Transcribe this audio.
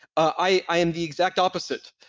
i am the exact opposite.